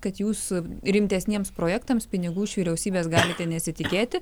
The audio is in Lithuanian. kad jūs rimtesniems projektams pinigų iš vyriausybės galite nesitikėti